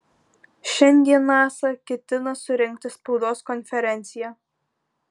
šiandien nasa ketina surengti spaudos konferenciją